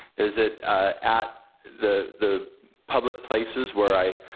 is it at the the public places where i